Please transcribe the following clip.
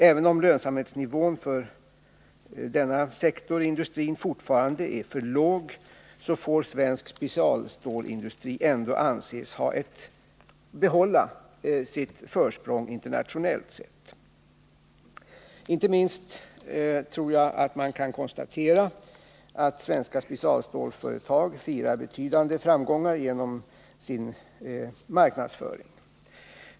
Även om lönsamhetsnivån för denna industrisektor fortfarande är för låg, får svensk specialstålsindustri ändå anses ha kvar sitt försprång internationellt sett. Jag tror att man kan konstatera att svenska specialstålsföretag firar betydande framgångar inte minst genom sin marknadsföring.